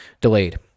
delayed